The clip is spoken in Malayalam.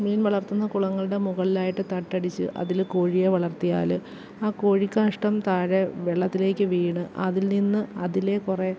മീൻ വളർത്തുന്ന കുളങ്ങളുടെ മുകളിലായിട്ട് തട്ടടിച്ച് അതില് കോഴിയെ വളർത്തിയാല് ആ കോഴിക്കാഷ്ടം താഴെ വെള്ളത്തിലേക്ക് വീണ് അതിൽ നിന്ന് അതിലെ കുറെ